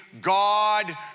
God